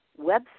website